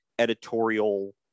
editorial